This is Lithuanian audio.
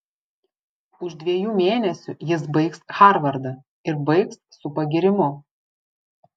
už dviejų mėnesių jis baigs harvardą ir baigs su pagyrimu